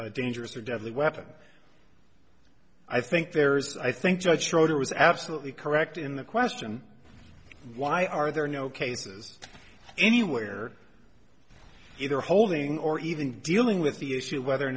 dead dangerous or deadly weapon i think there is i think judge schroeder was absolutely correct in the question why are there no cases anywhere either holding or even dealing with the issue of whether or